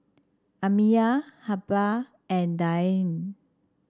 Amiyah Hubbard and Dianne